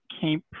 came